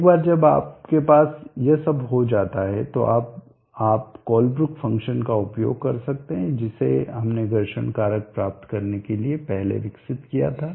एक बार जब आपके पास यह सब हो जाता है तो अब आप कोलब्रुक फ़ंक्शन का उपयोग कर सकते हैं जिसे हमने घर्षण कारक प्राप्त करने के लिए पहले विकसित किया था